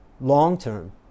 long-term